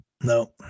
No